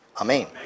Amen